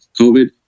COVID